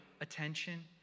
attention